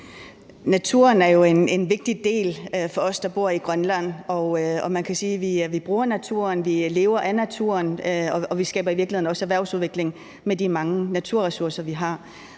Naturen er jo en vigtig del for os, der bor i Grønland, og man kan sige, at vi bruger naturen, vi lever af naturen, og vi skaber i virkeligheden også erhvervsudvikling med de mange naturressourcer, vi har.